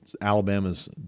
Alabama's